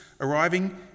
arriving